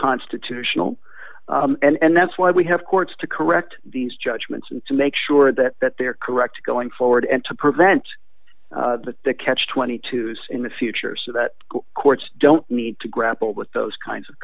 constitutional and that's why we have courts to correct these judgments and to make sure that that they're correct going forward and to prevent the catch twenty two xin the future so that courts don't need to grapple with those kinds of